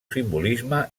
simbolisme